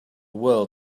world